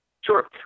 Sure